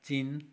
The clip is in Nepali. चीन